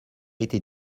été